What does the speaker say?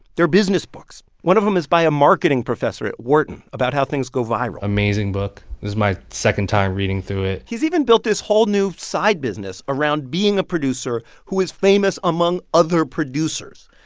they're business books. one of them is by a marketing professor at wharton about how things go viral amazing book. this is my second time reading through it he's even built this whole new side business around being a producer who is famous among other producers.